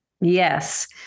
Yes